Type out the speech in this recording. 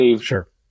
Sure